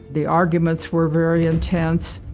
the arguments were very intense,